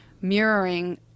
mirroring